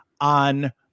on